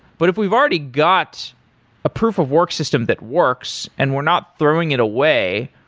but if we've already got a proof of work system that works and we're not throwing it away,